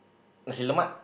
nasi-lemak